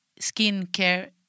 skincare